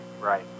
right